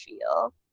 feel